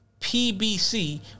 PBC